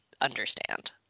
understand